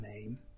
name